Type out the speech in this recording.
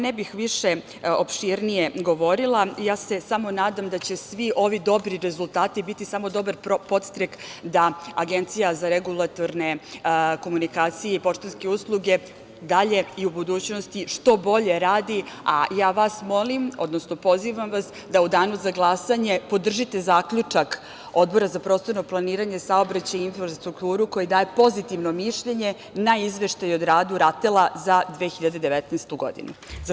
Ne bih više opširnije govorila, samo se nadam da će svi ovi dobri rezultati biti dobar podstrek da Agencija za regulatorne komunikacije i poštanske usluge dalje i u budućnosti što bolje raditi, a vas molim, odnosno vas pozivam da u danu za glasanje podržite zaključak Odbora za prostorno planiranje, saobraćaj i infrastrukturu koje daje pozitivno mišljenje na izveštaj o radu RATEL-a za 2019 godinu.